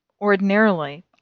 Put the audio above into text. ordinarily